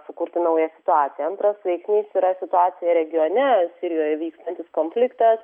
sukurti naują situaciją antras veiksnys yra situacija regione sirijoje vykstantis konfliktas